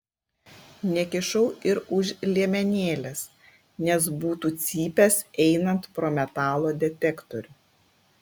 nekišau ir už liemenėlės nes būtų cypęs einant pro metalo detektorių